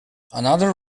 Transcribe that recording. another